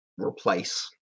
replace